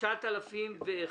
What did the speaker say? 9001,